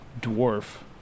dwarf